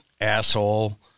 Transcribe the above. asshole